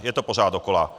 Je to pořád dokola.